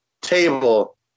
table